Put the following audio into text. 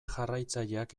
jarraitzaileak